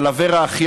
אבל אברה אחי,